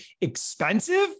expensive